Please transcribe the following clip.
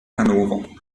hannover